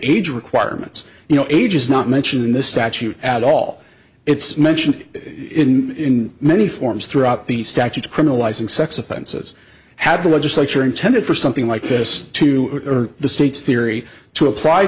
age requirements you know age is not mentioned in this statute at all it's mentioned in many forms throughout the statute criminalizing sex offenses had the legislature intended for something like this to the state's theory to apply